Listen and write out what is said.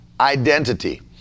identity